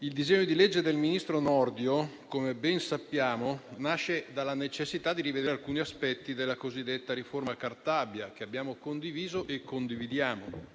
Il disegno di legge del ministro Nordio, come ben sappiamo, nasce dalla necessità di rivedere alcuni aspetti della cosiddetta riforma Cartabia, che abbiamo condiviso e condividiamo.